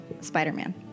Spider-Man